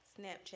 Snapchat